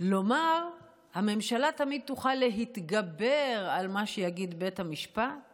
לומר שהממשלה תמיד תוכל להתגבר על מה שיגיד בית המשפט